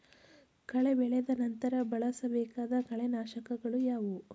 ಕಳೆ ಬೆಳೆದ ನಂತರ ಬಳಸಬೇಕಾದ ಕಳೆನಾಶಕಗಳು ಯಾವುವು?